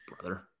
Brother